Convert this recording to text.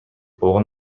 болгон